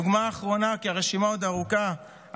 דוגמה אחרונה, כי הרשימה עוד ארוכה.